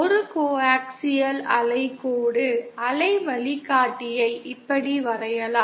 ஒரு கோஆக்சியல் அலை கோடு அலை வழிகாட்டியை இப்படி வரையலாம்